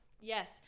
yes